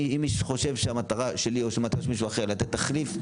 אם מישהו חושב שהמטרה שלי או שהמטרה של מישהו אחר היא לתת תחליף,